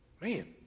man